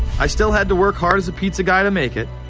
i still had to work hard as a pizza guy to make it,